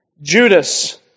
Judas